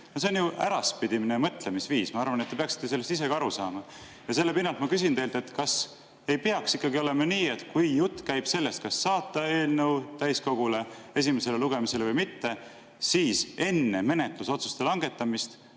See on ju äraspidine mõtlemisviis. Ma arvan, et te peaksite sellest ise ka aru saama. Ja selle pinnalt ma küsin teilt: kas ei peaks ikkagi olema nii, et kui jutt käib sellest, kas saata eelnõu täiskogule esimesele lugemisele või mitte, siis enne menetlusotsuste langetamist